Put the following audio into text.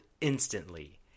instantly